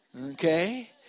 Okay